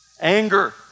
Anger